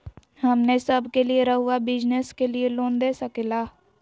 हमने सब के लिए रहुआ बिजनेस के लिए लोन दे सके ला?